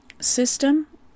system